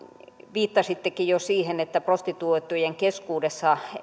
viittasittekin jo siihen että prostituoitujen keskuudessa